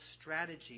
strategy